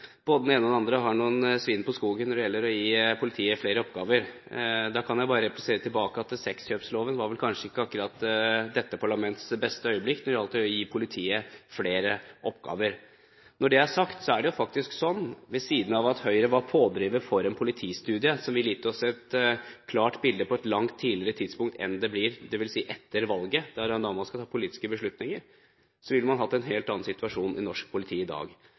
både den ene og den andre har noen svin på skogen når det gjelder å gi politiet flere oppgaver. Da kan jeg bare replisere tilbake at sexkjøpsloven var vel ikke akkurat dette parlamentets beste øyeblikk når det gjaldt å gi politiet flere oppgaver. Når det er sagt, er det jo faktisk slik at Høyre var pådriver for en politistudie som ville gitt oss et klart bilde på et langt tidligere tidspunkt enn det blir, dvs. etter valget, det er jo da man skal ta politiske beslutninger. Da ville man hatt en helt annen situasjon i norsk politi i dag.